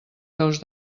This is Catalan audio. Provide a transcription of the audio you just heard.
peus